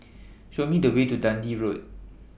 Show Me The Way to Dundee Road